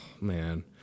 man